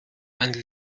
eine